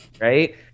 right